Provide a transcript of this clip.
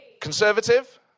Conservative